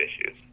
issues